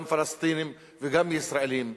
גם פלסטינים וגם ישראלים,